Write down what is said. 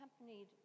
accompanied